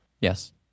yes